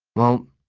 well,